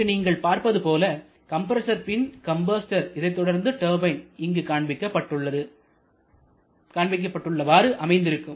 இங்கு நீங்கள் பார்ப்பது போல கம்ப்ரஸர் பின் கம்பஸ்டர் இதைத்தொடர்ந்து டர்பைன் இங்கு காண்பிக்கப்பட்டுள்ளது அமைந்திருக்கும்